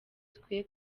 twe